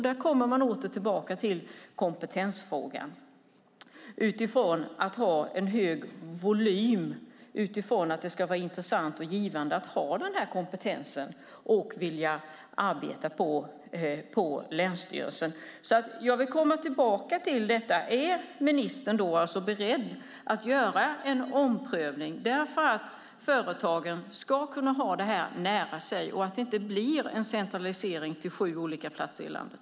Där kommer man åter tillbaka till kompetensfrågan när det gäller att ha en hög volym utifrån att det ska vara intressant och givande att ha den här kompetensen och vilja arbeta på länsstyrelsen. Är ministern beredd att göra en omprövning, så att företagen ska kunna ha detta nära sig och så att det inte blir en centralisering till sju olika platser i landet?